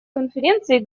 конференции